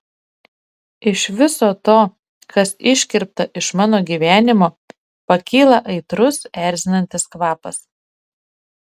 iš viso to kas iškirpta iš mano gyvenimo pakyla aitrus erzinantis kvapas